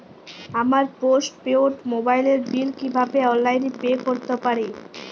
আমার post paid মোবাইলের bill কীভাবে অনলাইনে পে করতে পারি?